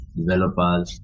developers